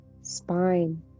Spine